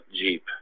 Jeep